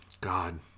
god